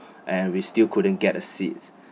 and we still couldn't get a seats